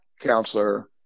counselor